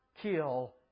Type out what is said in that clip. kill